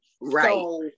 Right